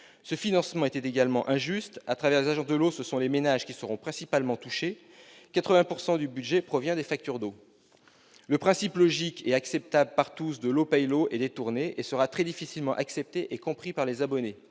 Ce financement est également injuste. À travers les agences de l'eau, ce sont les ménages qui seront principalement touchés, puisque 80 % du budget provient des factures d'eau. Le principe, logique et acceptable par tous, selon lequel « l'eau paie l'eau », est détourné, ce qui sera très difficilement accepté et compris par les abonnés.